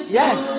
yes